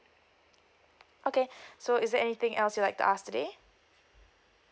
okay so is there anything else you'd like to ask today